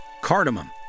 cardamom